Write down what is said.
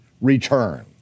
return